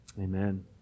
Amen